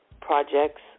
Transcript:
projects